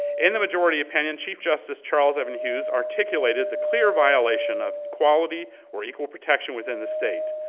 in the majority opinion, chief justice charles evan hughes articulated the clear violation of quality or equal protection within the state.